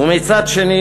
ומצד שני,